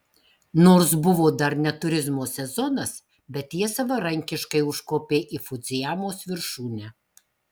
nors buvo dar ne turizmo sezonas bet jie savarankiškai užkopė į fudzijamos viršūnę